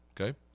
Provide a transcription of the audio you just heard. okay